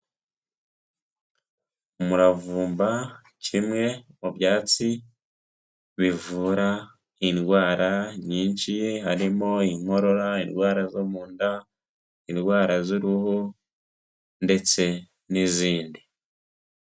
Umuravumba kimwe mu byatsi bivura indwara nyinshi, harimo inkorora, indwara zo mu nda, indwara z'uruhu ndetse n'izindi.